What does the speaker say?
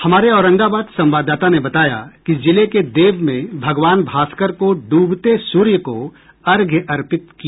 हमारे औरंगाबाद संवाददाता ने बताया कि जिले के देव में भगवान भास्कर को डूबते सूर्य को अर्घ्य अर्पित किया